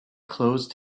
closed